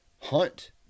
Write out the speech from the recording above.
hunt